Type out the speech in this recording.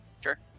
Sure